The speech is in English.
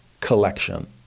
collection